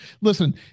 Listen